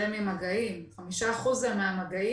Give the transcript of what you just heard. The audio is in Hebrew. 5% זה מהמגעים,